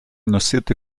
носити